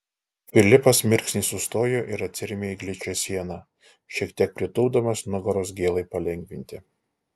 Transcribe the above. filipas mirksnį sustojo ir atsirėmė į gličią sieną šiek tiek pritūpdamas nugaros gėlai palengvinti